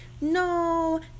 no